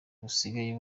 busigaye